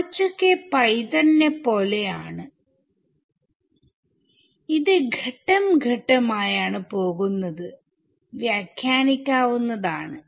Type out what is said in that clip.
കുറച്ചൊക്കെ പൈതൺ നെ പോലെയാണ് ഇത് ഘട്ടം ഘട്ടം ആയാണ് പോകുന്നത്വ്യാഖ്യാനിക്കാവുന്നതാണ്